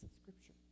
Scripture